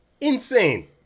Insane